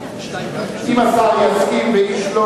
אם השר יסכים ואיש לא